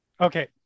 Okay